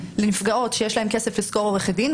לנפגעות שיש להן כסף לשכור עורכת דין,